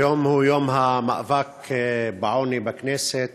היום הוא יום המאבק בעוני בכנסת,